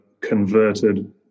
converted